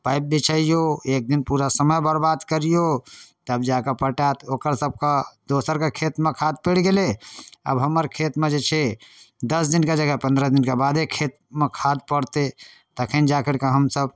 pipe बिछैऔ एक दिन पूरा समय बरबाद करिऔ तब जाकऽ पटाएत ओकर सभके दोसरके खेतमे खाद पड़ि गेलै आब हमर खेतमे जे छै दस दिनके जगह पनरह दिनके बादे खेतमे खाद पड़तै तखन जा करिके हमसभ